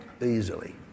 easily